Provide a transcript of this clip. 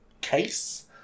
case